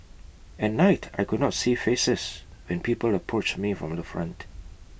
at night I could not see faces when people approached me from the front